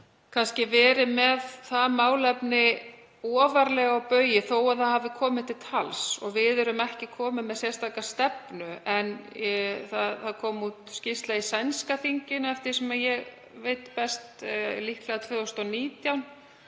ekki verið með það málefni ofarlega á baugi þó að það hafi komið til tals. Við erum ekki komin með sérstaka stefnu. En það kom út skýrsla í sænska þinginu eftir því sem ég veit best, líklega 2019,